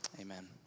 amen